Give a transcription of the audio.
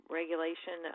regulation